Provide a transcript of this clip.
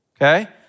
Okay